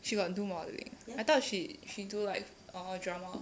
she got do modelling I thought she she do like err drama